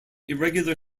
irregular